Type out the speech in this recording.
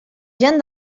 gent